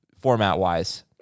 format-wise